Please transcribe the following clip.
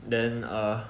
then err